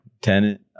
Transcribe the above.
tenant